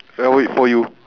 I'll wait for you